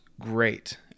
great